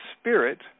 spirit